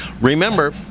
Remember